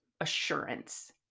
assurance